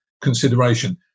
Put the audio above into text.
consideration